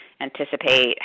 anticipate